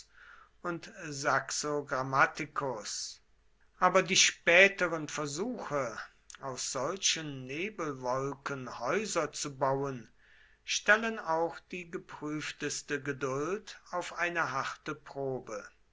und saxo grammaticus aber die späteren versuche aus solchen nebelwolken häuser zu bauen stellen auch die geprüfteste geduld auf eine harte probe